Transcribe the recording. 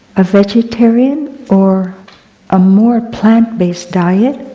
a vegetarian or a more plant based diet,